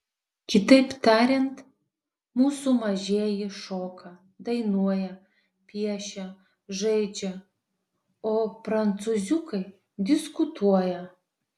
kitaip tariant mūsų mažieji šoka dainuoja piešia žaidžia o prancūziukai diskutuoja